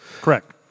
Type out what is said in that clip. Correct